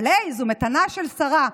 אבל היי, זאת מתנה של שרה.